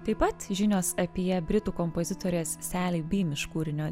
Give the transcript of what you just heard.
taip pat žinios apie britų kompozitorės seli bymiš kūrinio